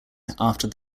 after